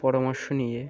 পরামর্শ নিয়ে